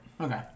okay